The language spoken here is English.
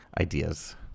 ideas